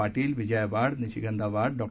Patil Vijaya Wad Nishigandha Wad Dr